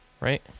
Right